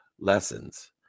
lessons